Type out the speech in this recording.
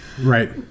Right